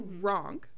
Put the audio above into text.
wrong